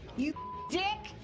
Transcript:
you dick!